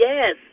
Yes